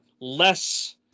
less